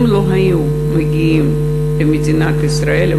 אם הם לא היו מגיעים למדינת ישראל,